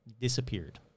disappeared